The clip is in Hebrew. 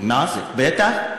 מה זה, בטח.